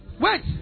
Wait